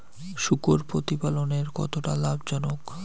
শূকর প্রতিপালনের কতটা লাভজনক?